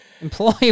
Employee